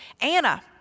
Anna